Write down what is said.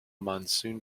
monsoon